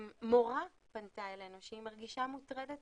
מורה פנתה אלינו שהיא מרגישה מוטרדת